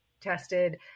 tested